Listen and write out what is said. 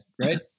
right